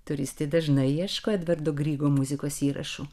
turistai dažnai ieško edvardo grygo muzikos įrašų